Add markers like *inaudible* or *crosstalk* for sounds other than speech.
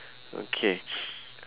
okay *noise*